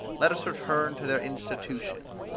let us return to their institution.